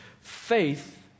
faith